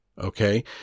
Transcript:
Okay